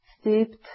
Steeped